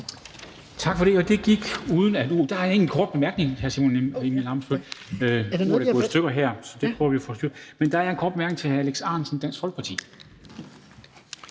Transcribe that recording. Tak for det. Der er en kort bemærkning til hr. Alex Ahrendtsen, Dansk Folkeparti.